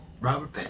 Robert